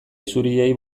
isuriei